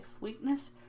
weakness